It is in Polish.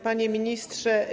Panie Ministrze!